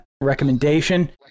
recommendation